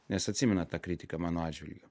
nes atsimenat tą kritiką mano atžvilgiu